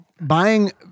buying